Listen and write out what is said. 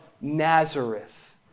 Nazareth